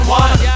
one